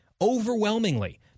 overwhelmingly